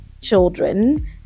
children